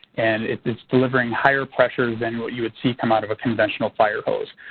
and it's it's delivering higher pressure than what you would see come out of a conventional fire hose.